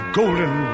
golden